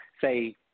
say